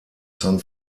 san